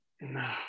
No